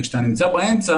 וכשאתה נמצא באמצע,